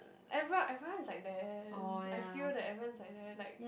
everyone everyone is like there I feel that everyone's at there like